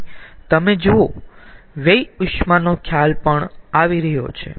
અહીં તમે જુઓ વ્યય ઉષ્માનો ખ્યાલ પણ આવી રહ્યો છે